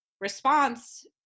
response